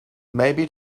maybe